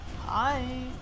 Hi